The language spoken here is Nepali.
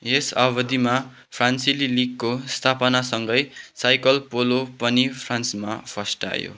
यस अवधिमा फ्रान्सेली लिगको स्थापनासँगै साइकल पोलो पनि फ्रान्समा फस्टायो